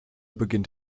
beginnt